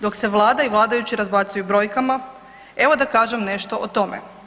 Dok se Vlada i vladajući razbacuju brojkama, evo da kažem nešto o tome.